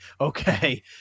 Okay